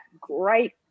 great